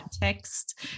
text